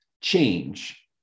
change